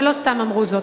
ולא סתם אמרו זאת.